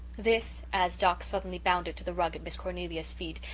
this, as doc suddenly bounded to the rug at miss cornelia's feet,